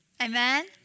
Amen